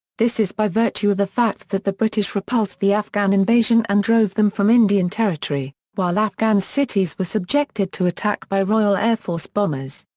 this is by virtue of the fact that the british repulsed the afghan invasion and drove them from indian territory, while afghan cities were subjected to attack by royal air force bombers.